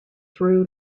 threw